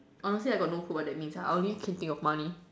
honestly I got no clue what that means I only can think of money